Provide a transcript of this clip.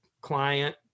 client